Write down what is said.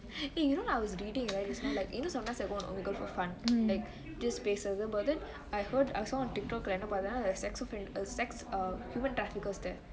!hey! you know I was reading right just now like you know sometimes I go on omeagle for fun like I heard on tiktok sex offender sex ugh human traffickers there